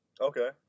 okay